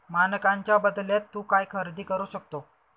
मानकांच्या बदल्यात तू काय खरेदी करू शकतो?